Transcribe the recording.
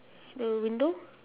the window